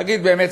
תגיד באמת,